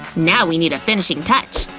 now we need a finishing touch.